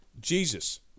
Jesus